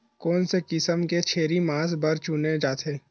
कोन से किसम के छेरी मांस बार चुने जाथे?